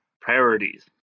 priorities